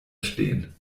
stehen